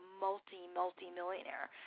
multi-multi-millionaire